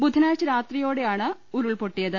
ബുധനാഴ്ച രാത്രിയോടെയാണ് ഉരുൾപ്പൊട്ടിയത്